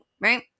right